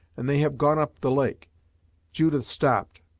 and they have gone up the lake judith stopped,